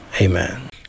Amen